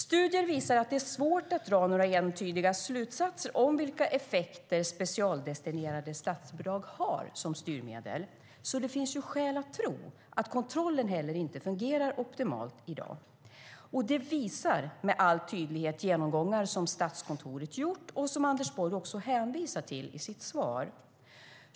Studier visar att det är svårt att dra några entydiga slutsatser om vilka effekter specialdestinerade statsbidrag har som styrmedel. Det finns därför skäl att tro att kontrollen heller inte fungerar optimalt i dag. Det visar med all tydlighet genomgångar som Statskontoret gjort och som Anders Borg också hänvisar till i sitt svar.